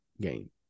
game